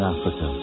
Africa